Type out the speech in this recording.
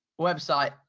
website